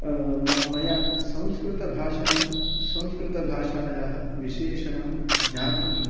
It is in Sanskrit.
मया संस्कृतभाषणं संस्कृतभाषायाः विशेषणं ज्ञातुम्